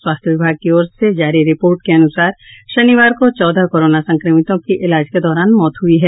स्वास्थ्य विभाग की ओर से जारी रिपोर्ट के अनुसार शनिवार को चौदह कोरोना संक्रमितों की इलाज के दौरान मौत हुई है